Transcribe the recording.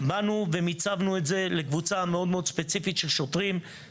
באנו ומיצבנו את זה אני לא מצליח לגייס שוטרים לאותן יחידות,